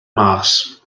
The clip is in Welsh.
mas